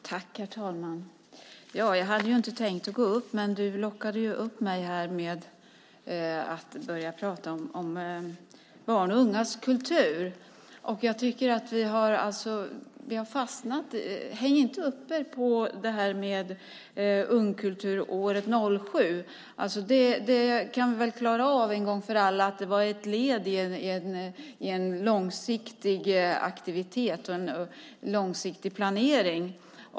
Herr talman! Jag hade inte tänkt begära replik men Anders Åkesson lockade mig till det genom att tala om barns och ungas kultur. Häng inte upp er på detta med ungkulturåret 2007. Vi kan väl en gång för alla klara ut att det var ett led i en långsiktig aktivitet och i en långsiktig planering.